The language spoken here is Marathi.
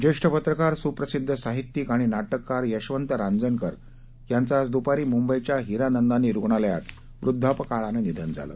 ज्येष्ठ पत्रकार सुप्रसिद्ध साहित्यिक आणि नाटककार यशवंत रांजणकर यांचं आज दूपारी मुंबईच्या हिरानंदानी रुगणालयात वृद्धापकाळानं निधन झालं